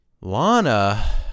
Lana